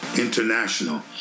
International